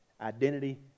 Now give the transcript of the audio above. Identity